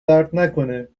دردنکنه